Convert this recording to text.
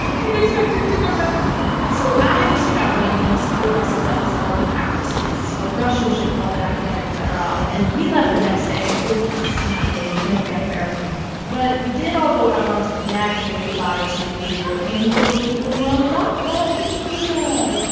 i didn't expect it to come back so i was traveling on a support vessel that was helping out. it's a russian ship called the akademik fedorov, and we left the next day with, sadly, no fanfare but we did all go out onto the deck and wave goodbye to a handful of people who were on the dock oh, it's nina.